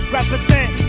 Represent